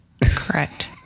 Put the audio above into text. Correct